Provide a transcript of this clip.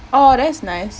oh that's nice